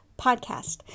Podcast